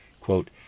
Quote